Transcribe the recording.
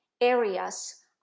areas